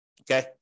okay